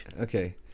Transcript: Okay